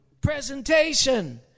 presentation